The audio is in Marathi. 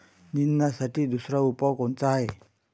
निंदनासाठी दुसरा उपाव कोनचा हाये?